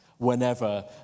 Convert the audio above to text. whenever